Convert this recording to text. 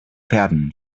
pferden